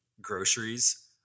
groceries